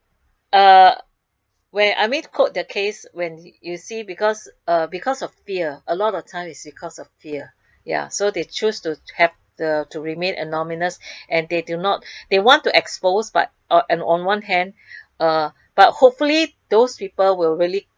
uh where I may quote the case when you see because because of fear a lot of times is because of fear ya so they choose to have the to remain anonymous and they do not they want to expose but uh and on one hand uh but hopefully those people will really